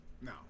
no